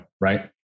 Right